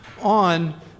on